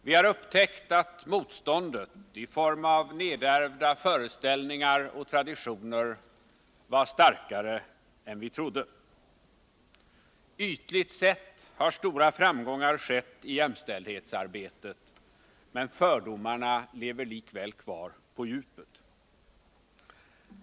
Vi har upptäckt att motståndet i form av nedärvda föreställningar och traditioner har varit starkare än vi trodde. Ytligt sett har stora framgångar skett i jämställdhetsarbetet, men fördomar lever likväl kvar på djupet.